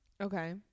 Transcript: Okay